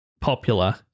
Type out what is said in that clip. popular